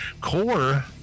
Core